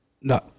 No